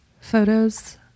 photos